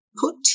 Put